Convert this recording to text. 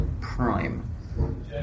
prime